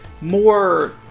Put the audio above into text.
more